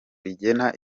rigena